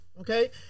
okay